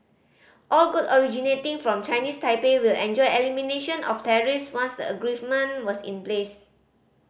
all good originating from Chinese Taipei will enjoy elimination of tariffs once the agreement was in place